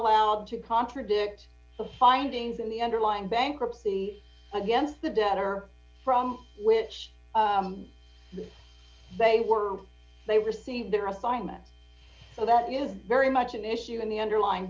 allowed to contradict the findings in the underlying bankruptcy against the debtor from which they were they received their assignments so that is very much an issue in the underlying